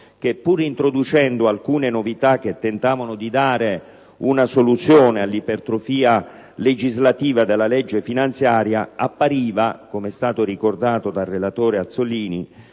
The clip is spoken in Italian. che, pur introducendo alcune novità che tentavano di dare una soluzione all'ipertrofia legislativa della legge finanziaria, appariva a nostro giudizio, come è stato ricordato dal relatore Azzollini,